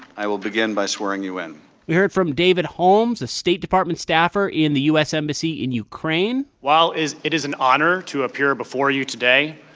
i will begin by swearing you in we heard from david holmes, a state department staffer in the u s. embassy in ukraine. while it is an honor to appear before you today,